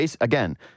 again